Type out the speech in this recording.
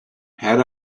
had